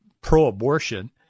pro-abortion